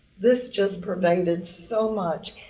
this just pervaded so much.